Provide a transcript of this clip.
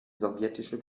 sowjetische